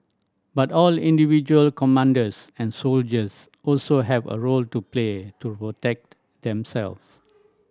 but all individual commanders and soldiers also have a role to play to protect themselves